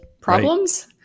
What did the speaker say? problems